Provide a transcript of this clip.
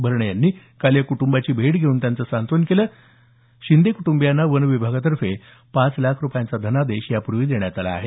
भरणे यांनी काल या कुटुंबांची भेट घेऊन त्यांचं सांत्वन केलं शिंदे कूटंबियांना वन विभागातर्फे पाच लाख रुपयांचा धनादेश यापूर्वी देण्यात आला आहे